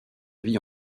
vie